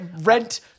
rent